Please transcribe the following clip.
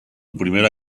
primera